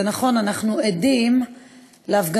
זה נכון, אנחנו עדים להפגנות,